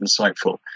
insightful